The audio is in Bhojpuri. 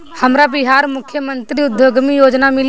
हमरा बिहार मुख्यमंत्री उद्यमी योजना मिली?